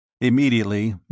Immediately